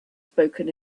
spoken